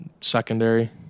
secondary